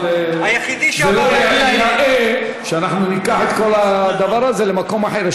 אבל זה לא יאה שאנחנו ניקח את כל הדבר הזה למקום אחר.